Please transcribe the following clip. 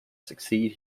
succeed